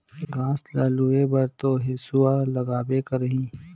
घास ल लूए बर तो हेसुआ लगबे करही